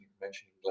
mentioning